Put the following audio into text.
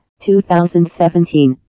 2017